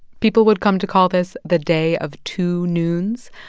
people would come to call this the day of two noons.